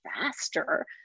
faster